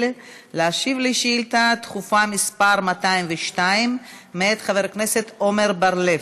להשיב על שאילתה דחופה מס' 202 מאת חבר הכנסת עמר בר-לב.